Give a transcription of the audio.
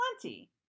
plenty